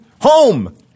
Home